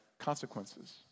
Consequences